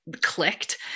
clicked